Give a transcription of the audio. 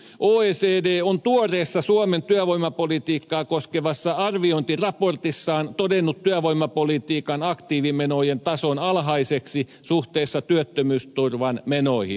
oecd on tuoreessa suomen työvoimapolitiikkaa koskevassa arviointiraportissaan todennut työvoimapolitiikan aktiivimenojen tason alhaiseksi suhteessa työttömyysturvan menoihin